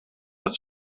het